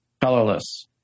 colorless